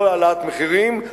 לא העלאת מחירים,